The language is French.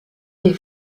des